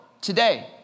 today